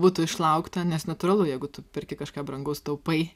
būtų išlaukta nes natūralu jeigu tu perki kažką brangaus taupai